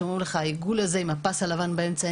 למשל על העיגול הזה עם הפס הלבן באמצע,